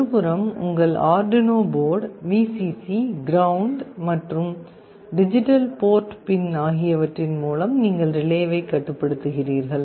ஒருபுறம் உங்கள் Arduino board Vcc ground மற்றும் டிஜிட்டல் போர்ட் பின் ஆகியவற்றின் மூலம் நீங்கள் ரிலேவைக் கட்டுப்படுத்துகிறீர்கள்